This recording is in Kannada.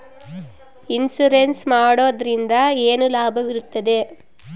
ಇನ್ಸೂರೆನ್ಸ್ ಮಾಡೋದ್ರಿಂದ ಏನು ಲಾಭವಿರುತ್ತದೆ?